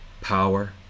Power